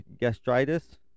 gastritis